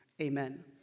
Amen